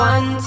One